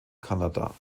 kanada